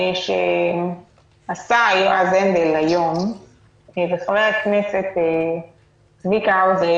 שעשו יועז הנדל וחבר הכנסת צביקה האוזר,